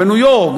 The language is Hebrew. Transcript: בניו-יורק,